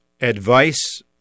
advice